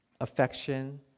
Affection